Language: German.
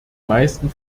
meisten